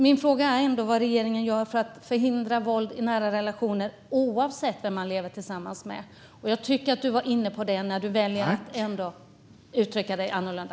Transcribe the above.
Min fråga är vad regeringen gör för att förhindra våld i nära relationer oavsett vem man lever tillsammans med. Jag tycker att du var inne på det, Paulina Brandberg, även om du valde att uttrycka dig annorlunda.